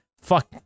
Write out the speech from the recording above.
fuck